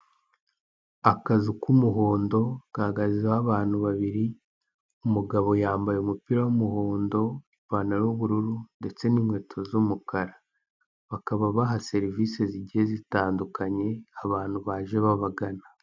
Akazu k'umuhondo, gahagaze ho abantu babiri, umugabo yambaye umupira w'umuhondo, ipantaro y'ubururu ndetse n'inkweto z'umukara. Bakaba baha serivisi zigiye zitandukanye abantu baje babagana.